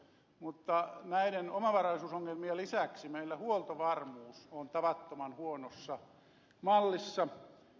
mutta näiden omavaraisuusongelmien lisäksi meillä huoltovarmuus on tavattoman huonossa mallissa